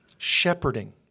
Shepherding